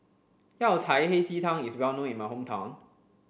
Yao Cai Hei Ji Tang is well known in my hometown